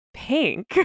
pink